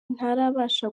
ntarabasha